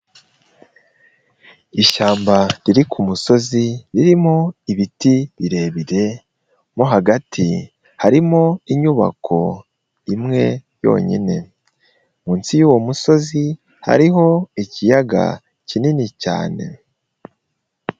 Ishyamba riri ku kumusozi ririmo ibiti birebire mo hagati harimo inyubako imwe yonyine; munsi y'uwo musozi hariho ikiyaga kinini cyane.